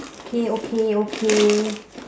okay okay okay